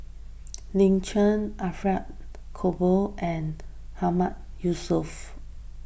Lin Chen Alfred Cooper and Mahmood Yusof